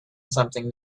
something